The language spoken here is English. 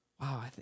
Wow